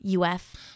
UF